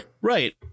Right